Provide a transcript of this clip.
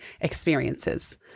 experiences